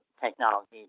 technology